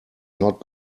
not